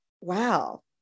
wow